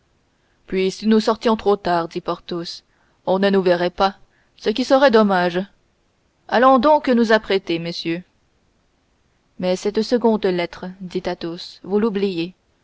puis si nous sortions trop tard dit porthos on ne nous verrait pas ce qui serait dommage allons donc nous apprêter messieurs mais cette seconde lettre dit athos vous l'oubliez